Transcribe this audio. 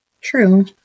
True